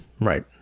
Right